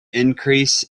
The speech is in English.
increase